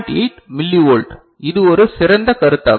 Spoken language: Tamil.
8 மில்லிவோல்ட் இது ஒரு சிறந்த கருத்தாகும்